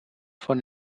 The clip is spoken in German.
von